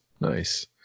nice